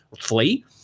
flee